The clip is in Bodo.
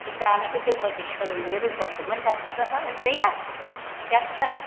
सि दानायखौ जोंबायदि सोलोंनो रोंबासोमोन दानि सिख्लाफ्रा उदाया जाथारा